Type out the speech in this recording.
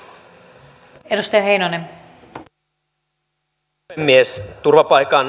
arvoisa rouva puhemies